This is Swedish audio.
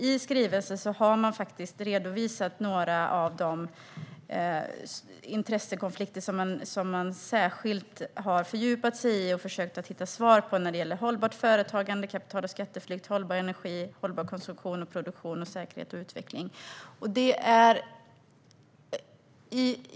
I skrivelsen har man redovisat några av de intressekonflikter som man särskilt har fördjupat sig i och försökt att hitta svar på, och de gäller hållbart företagande, kapital och skatteflykt, hållbar energi, konsumtion och produktion samt säkerhet och utveckling.